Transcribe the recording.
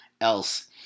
else